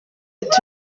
ati